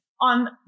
on